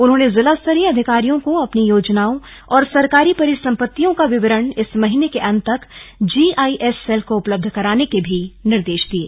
उन्होंने जिलास्तरीय अधिकारियों को अपनी योजनाओं और सरकारी परिसम्पत्तियों का विवरण इस महीने के अंत तक जीआईएस सेल को उपलब्ध कराने के निर्देश दिये